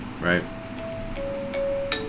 right